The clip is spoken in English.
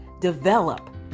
develop